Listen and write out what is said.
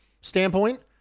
standpoint